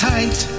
Tight